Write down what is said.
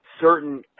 certain